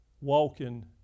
walking